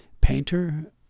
painter